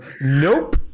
nope